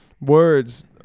Words